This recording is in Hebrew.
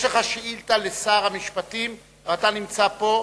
יש לך שאילתא לשר המשפטים שנמצא פה,